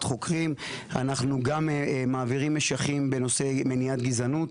חוקרים אנחנו גם מעבירים משכים בנושאי מניעת גזענות,